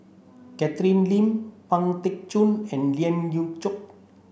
Catherine Lim Pang Teck Joon and Lien Ying Chow